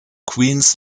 queens